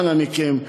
אנא מכם,